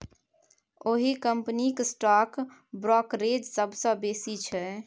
ओहि कंपनीक stock brokerage सबसँ बेसी छै